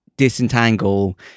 Disentangle